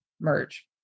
merge